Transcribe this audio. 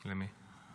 למי?